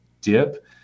dip